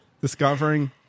discovering